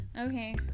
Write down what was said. Okay